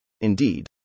Indeed